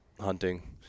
hunting